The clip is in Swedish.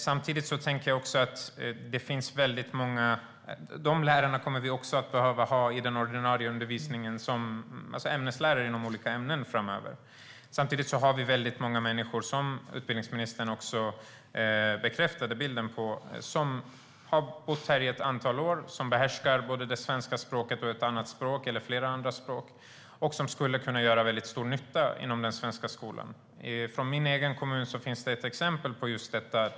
Samtidigt tänker jag också att vi framöver kommer att behöva de lärarna i den ordinarie undervisningen som ämneslärare i olika ämnen. Samtidigt har vi - det bekräftade utbildningsministern bilden av - många människor som har bott här i ett antal år och som behärskar både det svenska språket och ett annat språk eller flera andra språk och som skulle kunna göra stor nytta inom den svenska skolan. Från min egen kommun finns det ett exempel på just detta.